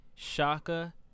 Shaka